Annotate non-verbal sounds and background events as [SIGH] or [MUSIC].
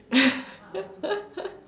[LAUGHS]